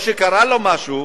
או שקרה לו משהו,